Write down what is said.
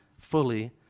fully